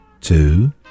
Two